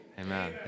Amen